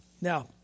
Now